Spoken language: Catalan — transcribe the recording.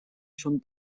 són